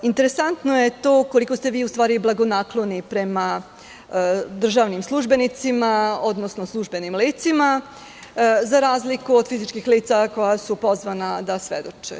Interesantno je to koliko ste vi u stvari blagonakloni prema državnim službenicima, odnosno službenim licima, za razliku od fizičkih lica koja su pozvana da svedoče.